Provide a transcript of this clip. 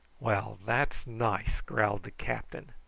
well, that's nice, growled the captain.